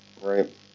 Right